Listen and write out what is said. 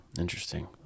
Interesting